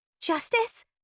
Justice